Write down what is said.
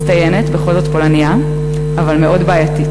מצטיינת, בכל זאת, פולנייה, אבל מאוד בעייתית.